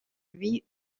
louis